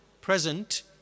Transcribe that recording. present